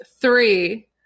three